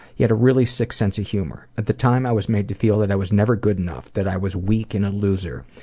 he had a really sick sense of humor. at the time, i was made to feel that i was never good enough, that i was weak and a loser.